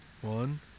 One